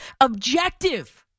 objective